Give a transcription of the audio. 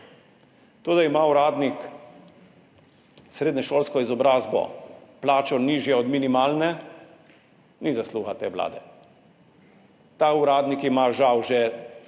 To, da ima uradnik s srednješolsko izobrazbo plačo, nižjo od minimalne, ni zasluga te vlade, ta uradnik ima žal že vrsto